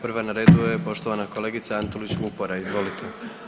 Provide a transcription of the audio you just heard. Prva na redu je poštovana kolegica Antolić Vupora, izvolite.